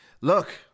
Look